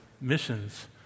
missions